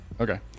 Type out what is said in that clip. Okay